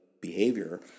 behavior